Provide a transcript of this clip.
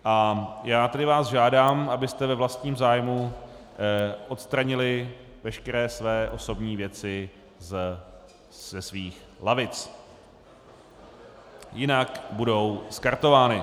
Já vás tedy žádám, abyste ve vlastním zájmu odstranili veškeré své osobní věci ze svých lavic, jinak budou skartovány.